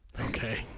Okay